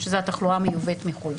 שזו התחלואה המיובאת מחו"ל.